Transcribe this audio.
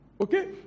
Okay